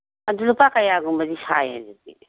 ꯑꯗꯨ ꯂꯨꯄꯥ ꯀꯌꯥꯒꯨꯝꯕꯗꯤ ꯁꯥꯏ ꯑꯗꯨꯗꯤ